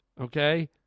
Okay